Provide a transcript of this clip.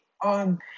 on